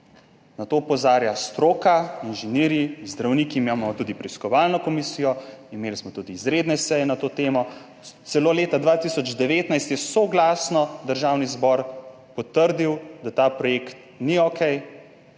Na to opozarjajo stroka, inženirji, zdravniki. Imamo tudi preiskovalno komisijo, imeli smo tudi izredne seje na to temo, celo leta 2019 je soglasno državni zbor potrdil, da ta projekt ni okej,